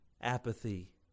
apathy